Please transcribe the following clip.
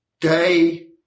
day